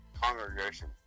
congregation